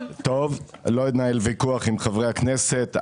אני לא אנהל ויכוח עם חברי הכנסת.